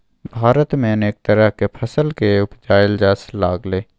भारत में अनेक तरह के फसल के उपजाएल जा लागलइ